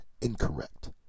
incorrect